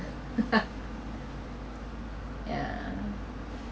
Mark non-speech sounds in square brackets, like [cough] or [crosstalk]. [laughs] yeah